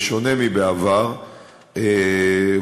בשונה מבעבר,